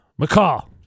McCall